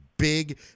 Big